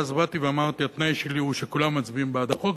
ואז באתי ואמרתי: התנאי שלי הוא שכולם מצביעים בעד החוק,